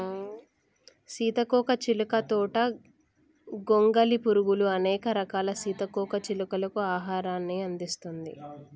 సీతాకోక చిలుక తోట గొంగలి పురుగులు, అనేక రకాల సీతాకోక చిలుకలకు ఆహారాన్ని అందిస్తుంది